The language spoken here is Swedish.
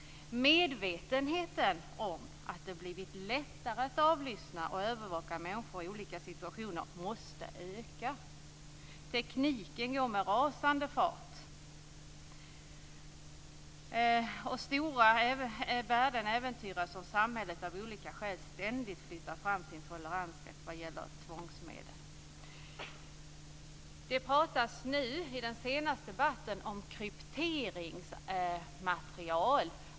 Medvetenheten om att det blivit lättare att avlyssna och övervaka människor i olika situationer måste öka. Tekniken går med rasande fart. Stora värden äventyras om samhället av olika skäl ständigt flyttar fram sin toleransgräns vad gäller tvångsmedel. Det pratas nu i den senaste debatten om krypteringsmaterial.